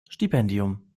stipendium